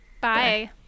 Bye